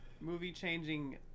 movie-changing